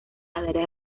laderas